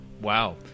wow